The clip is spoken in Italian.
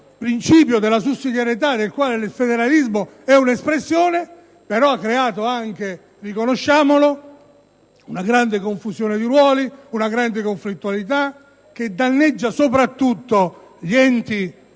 principio della sussidiarietà del quale il federalismo è un'espressione, ma ha anche creato - riconosciamolo - una grande confusione di ruoli e una grande conflittualità, che danneggia soprattutto gli enti